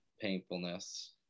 Painfulness